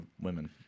women